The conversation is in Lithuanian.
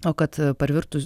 o kad parvirtus